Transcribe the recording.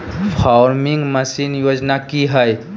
Farming machine योजना कि हैय?